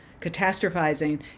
catastrophizing